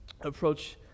approach